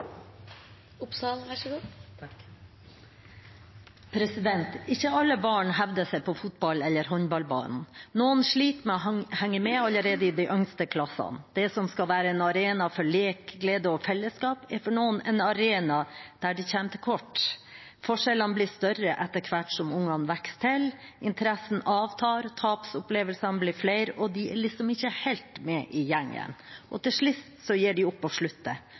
Ikke alle barn hevder seg på fotball- eller håndballbanen. Noen sliter med å henge med allerede i de yngste klassene. Det som skal være en arena for lek, glede og fellesskap, er for noen en arena der de kommer til kort. Forskjellene blir større etter hvert som barna vokser til. Interessen avtar, tapsopplevelsene blir flere, og de er liksom ikke helt med i gjengen. Til sist gir de opp og